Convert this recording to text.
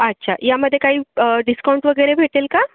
अच्छा यामध्ये काही डिस्काऊंट वगैरे भेटेल का